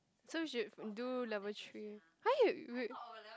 so we should do level three !huh! you you